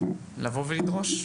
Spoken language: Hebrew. לבוא ולדרוש.